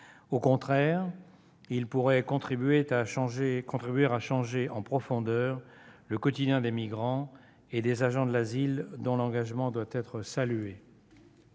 au contraire, il pourrait contribuer à changer en profondeur le quotidien des migrants et des agents de l'asile, dont l'engagement doit être salué.